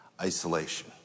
isolation